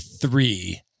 three